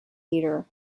eater